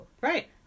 Right